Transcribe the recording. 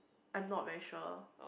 I'm not very sure